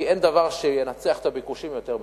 כי אין דבר שינצח את הביקושים יותר מההיצע.